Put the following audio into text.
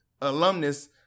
alumnus